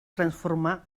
transformà